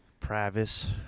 Pravis